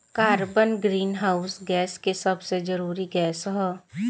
carbon greenhouse gas के सबसे जरूरी गैस ह